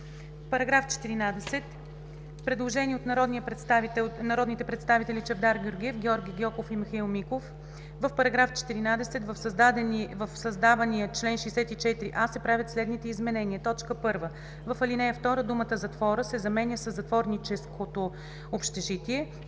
Параграф 14 – предложение от народните представители Чавдар Георгиев, Георги Гьоков и Михаил Миков: „В § 14, в създавания чл. 64а се правят следните изменения: 1. В ал. 2 думата „затвора“ се заменя със „затворническото общежитие“.